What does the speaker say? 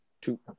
Two